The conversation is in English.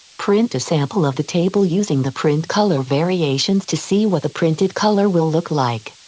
print a sample of the table using the print color variations to see what the printed color will look like.